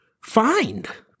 find